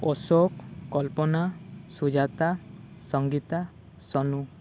Ashok Kalpana Sujata Sangeeta Sonu